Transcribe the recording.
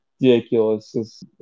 ridiculous